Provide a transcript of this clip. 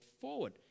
forward